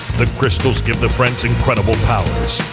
the crystals give the friends incredible powers.